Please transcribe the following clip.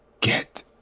Get